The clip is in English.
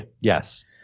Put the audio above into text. yes